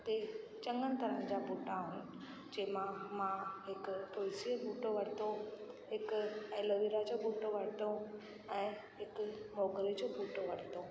हुते चङनि तरह जा ॿूटा हुआ जंहिं मां हिकु तुलसी जो ॿूटो वरितो हिकु एलोवेरा जो ॿूटो वरितो ऐं हिकु मोगरे जो ॿूटो वरितो